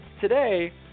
Today